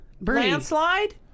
Landslide